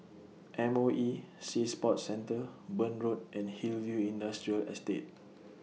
M O E Sea Sports Centre Burn Road and Hillview Industrial Estate